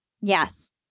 Yes